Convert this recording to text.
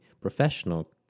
professional